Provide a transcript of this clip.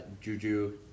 Juju